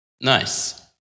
Nice